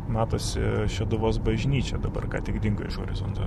matosi šeduvos bažnyčia dabar ką tik dingo iš horizonto